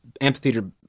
amphitheater